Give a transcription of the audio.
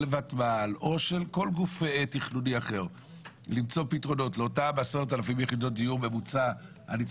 ותמ"ל ושאר הגופים התכנוניים היא בעיות בחברה